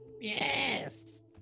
Yes